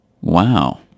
Wow